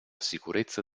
sicurezza